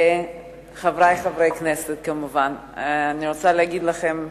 חברי חברי הכנסת כמובן, אני רוצה להגיד לכם,